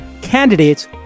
candidates